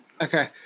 Okay